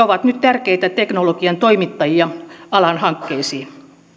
ovat nyt tärkeitä teknologian toimittajia alan hankkeisiin